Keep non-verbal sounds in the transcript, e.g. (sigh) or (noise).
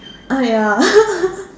uh ya (laughs)